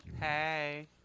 hey